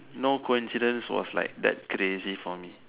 no coincidence was like that crazy for me